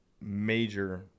major